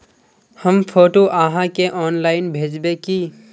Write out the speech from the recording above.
हम फोटो आहाँ के ऑनलाइन भेजबे की?